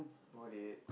what did you eat